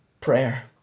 prayer